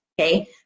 Okay